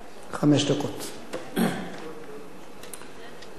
אדוני היושב-ראש,